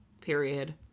Period